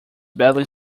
badly